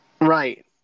right